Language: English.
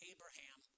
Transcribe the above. Abraham